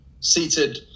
seated